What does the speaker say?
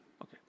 Okay